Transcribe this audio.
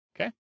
Okay